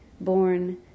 born